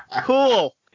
cool